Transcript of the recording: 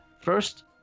first